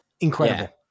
incredible